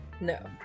No